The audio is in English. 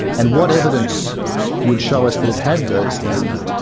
and what evidence would show us that it had those things?